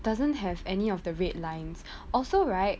doesn't have any of the red lines also right